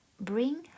bring